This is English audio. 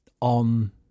on